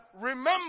remember